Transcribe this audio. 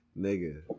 nigga